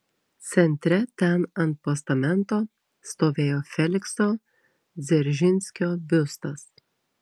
centre ten ant postamento stovėjo felikso dzeržinskio biustas